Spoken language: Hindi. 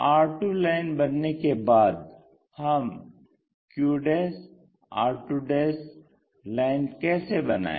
r2 लाइन बनने के बाद हम q r2 लाइन कैसे बनायें